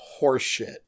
horseshit